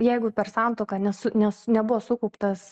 jeigu per santuoką nesu nes nebuvo sukauptas